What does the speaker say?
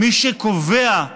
מי שקובע,